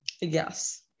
yes